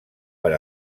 per